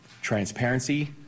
transparency